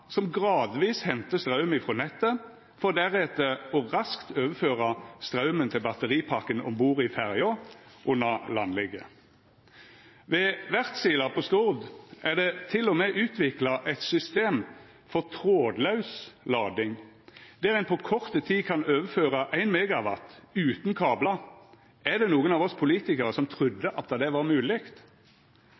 som gradvis hentar straum frå nettet, for deretter raskt å overføra straumen til batteripakken om bord i ferja under landligge. Ved Wärtsilä på Stord er det til og med utvikla eit system for trådlaus lading, der ein på kort tid kan overføra 1 MW utan kablar. Er det nokon av oss politikarar som trudde det var